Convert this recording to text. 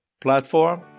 platform